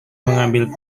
mengambil